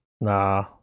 Nah